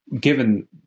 given